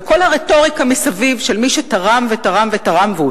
וכל הרטוריקה מסביב של מי שתרם ותרם ותרם,